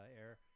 air